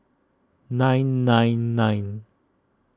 nine nine nine